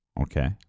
Okay